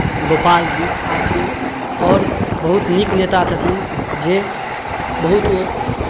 गोपाल जी ठाकुर आओर बहुत नीक नेता छथिन जे बहुत ओ